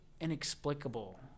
inexplicable